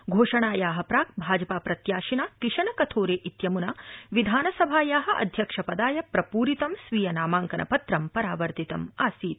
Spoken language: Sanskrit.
घोषणाया प्राक् भाजपा प्रत्याशिना किशन कथोरे इत्यमुना विधानसभाया अध्यक्षपदाय प्रपूरितं स्वीय नामांकनं परावर्तितम् आसीत्